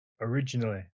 originally